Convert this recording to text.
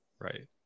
right